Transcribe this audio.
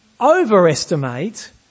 overestimate